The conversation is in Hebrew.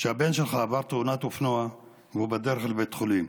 שהבן שלך עבר תאונת אופנוע והוא בדרך לבית החולים.